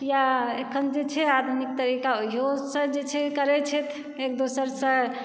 या अखन जे छै आधुनिक तरीक़ा ओहियो से जे छै करै छथि एक दोसरसऽ